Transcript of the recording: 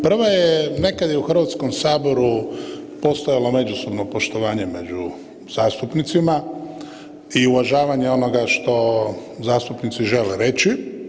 Prva je nekad je i u Hrvatskom saboru postojalo međusobno poštovanje među zastupnicima i uvažavanje onoga što zastupnici žele reći.